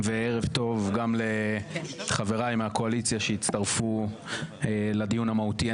וערב טוב גם לחבריי מהקואליציה שהצטרפו לדיון המהותי.